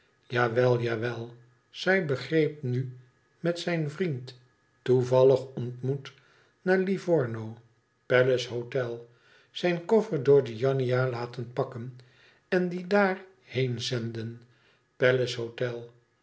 jawel jawel zij begreep nu met zijn vriend toevalhg ontmoet naar livomo palacehotel zijn koffer door giannina laten pakken en die daar heen zenden